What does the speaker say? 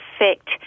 effect